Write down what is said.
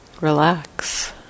Relax